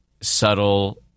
subtle